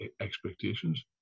expectations